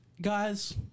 Guys